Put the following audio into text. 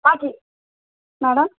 madam